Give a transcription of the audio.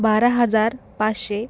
बारा हजार पाचशे